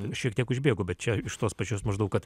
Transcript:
šiek tiek užbėgu bet čia iš tos pačios maždaug kad